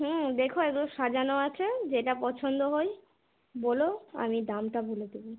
হুম দেখো এগুলো সাজানো আছে যেটা পছন্দ হয় বলো আমি দামটা বলে দেবো